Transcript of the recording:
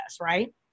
right